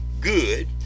good